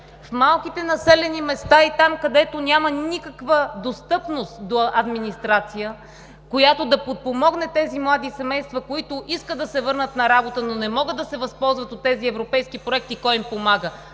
В малките населени места и там, където няма никаква достъпност до администрация, която да подпомогне тези млади семейства, които искат да се върнат на работа, но не могат да се възползват от тези европейски проекти, кой им помага?